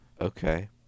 Okay